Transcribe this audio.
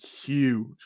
Huge